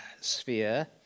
sphere